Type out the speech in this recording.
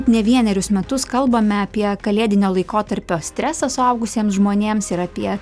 ne vienerius metus kalbame apie kalėdinio laikotarpio stresą suaugusiems žmonėms ir apie